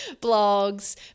blogs